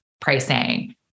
pricing